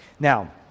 Now